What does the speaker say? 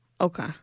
Okay